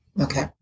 Okay